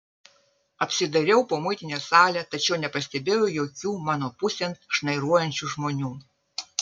apsidairiau po muitinės salę tačiau nepastebėjau jokių mano pusėn šnairuojančių žmonių